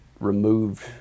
removed